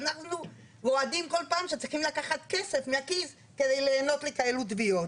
ואנחנו רועדים כל פעם שצריכים לקחת כסף מהכיס כדי לענות לכאלו תביעות.